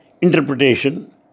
interpretation